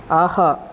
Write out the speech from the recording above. ஆஹா